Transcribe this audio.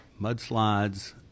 mudslides